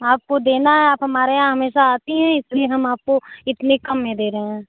आपको देना है आप हमारे यहाँ हमेशा आती हैं इसलिए हम आपको इतने कम में दे रहे हैं